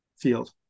field